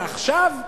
ועכשיו,